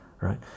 Right